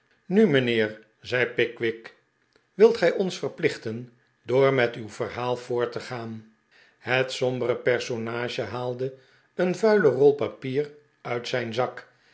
nu mijnheer zei pickwick wilt gij ons verplichten door met uw verhaal voort te gaan het sombere personage haalde een vuiie rol papier uit zijn zak